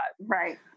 Right